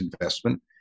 investment